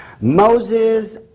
Moses